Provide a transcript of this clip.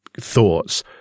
thoughts